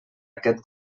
aquest